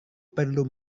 perlu